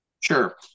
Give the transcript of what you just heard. Sure